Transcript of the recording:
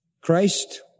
Christ